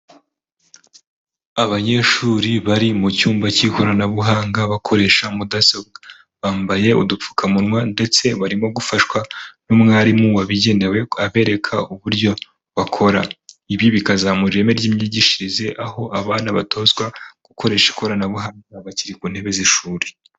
Abanyeshuri bari mu cyumba cy'ikoranabuhanga bakoresha mudasobwa, bambaye udupfukamunwa ndetse barimo gufashwa n'umwarimu wabigenewe abereka uburyo bakora, ibi bikazamura ireme ry'imyigishirize aho abana batozwa gukoresha ikoranabuhanga bakiri ku ntebe z'ishuri.